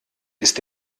ist